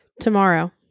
tomorrow